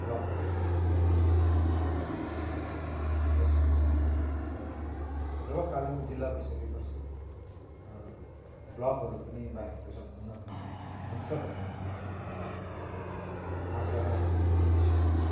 ब्लकहरू पनि बाइफर्केसन हुने कुरामा हामी विश्वस्त छौँ अवश्यै पनि सरकारको पक्षबाट जब कालिम्पोङ जिल्ला भइसकेपछि ब्लकहरू पनि बाइफर्केसन हुन्न भन्ने हुन्छ भन्ने हामीले आशा र हामी विश्वस्त छौँ